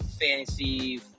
fantasy